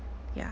ya